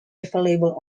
available